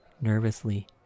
nervously